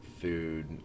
food